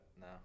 No